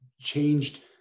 changed